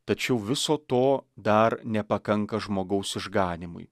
tačiau viso to dar nepakanka žmogaus išganymui